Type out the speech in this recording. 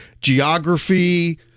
Geography